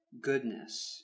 goodness